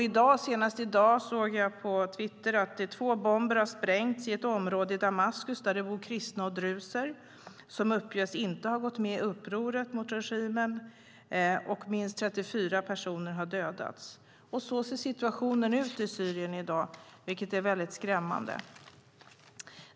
Så sent som i dag såg jag på Twitter att två bomber har sprängts i ett område i Damaskus där det bor kristna och druser som uppges inte ha gått med i upproret mot regimen. Minst 34 personer har dödats. Så ser situationen ut i Syrien i dag, vilket är skrämmande.